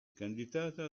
candidata